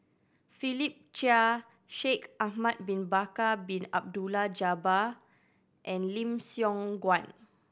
Philip Chia Shaikh Ahmad Bin Bakar Bin Abdullah Jabbar and Lim Siong Guan